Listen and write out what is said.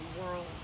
world